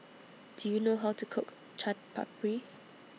Do YOU know How to Cook Chaat Papri